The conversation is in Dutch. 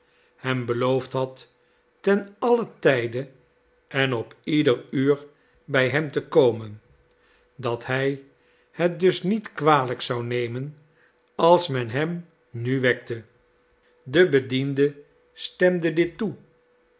hem beloofd had ten allen tijde en op ieder uur bij hem te komen dat hij het dus niet kwalijk zou nemen als men hem nu wekte de bediende stemde dit toe